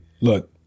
Look